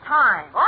time